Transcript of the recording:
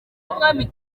w’umwami